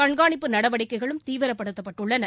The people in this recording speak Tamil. கண்காணிப்பு நடவடிக்கைகளும் தீவிரப்படுத்தப் பட்டுள்ளன